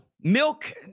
Milk